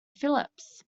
phillips